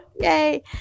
Yay